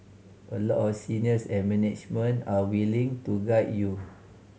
a lot of seniors and management are willing to guide you